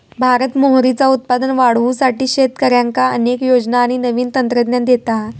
भारत मोहरीचा उत्पादन वाढवुसाठी शेतकऱ्यांका अनेक योजना आणि नवीन तंत्रज्ञान देता हा